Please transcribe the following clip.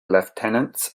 lieutenants